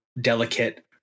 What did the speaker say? delicate